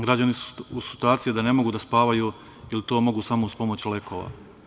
Građani su u situaciji da ne mogu da spavaju ili to mogu samo da uz pomoć lekova.